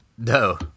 no